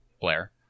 Blair